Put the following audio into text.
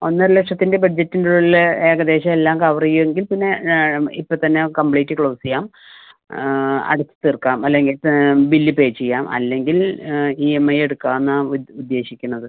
ഒന്നര ലക്ഷത്തിൻ്റെ ബഡ്ജറ്റിൻ്റെ ഉള്ളിൽ ഏകദേശം എല്ലാം കവർ ചെയ്യും എങ്കിൽ പിന്നെ ഇപ്പത്തന്നെ കംപ്ലീറ്റ് ക്ലോസ് ചെയ്യാം അടച്ച് തീർക്കാം അല്ലെങ്കിൽ ബില്ല് പേ ചെയ്യാം അല്ലെങ്കിൽ ഇഎംഐ എടുക്കാനാണ് ഉദ്ദേശിക്കണത്